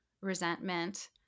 resentment